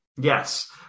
yes